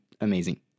Amazing